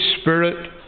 Spirit